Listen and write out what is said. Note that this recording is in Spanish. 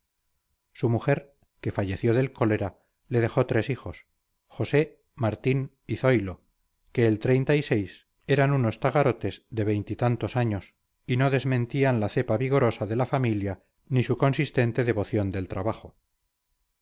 su mujer que falleció del cólera le dejó tres hijos josé martín y zoilo que el eran unos tagarotes de veintitantos años y no desmentían la cepa vigorosa de la familia ni su consistente devoción del trabajo